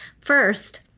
First